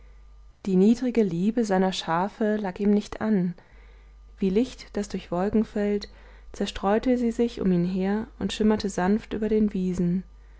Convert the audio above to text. die niedrige liebe seiner schafe lag ihm nicht an wie licht das durch wolken fällt zerstreute sie sich um ihn her und schimmerte sanft über den wiesen